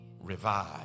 Revive